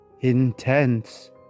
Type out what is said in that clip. intense